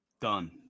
Done